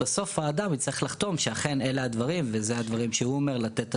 ובסוף האדם יצטרך לחתום שאכן אלה הדברים ולתת הצהרה.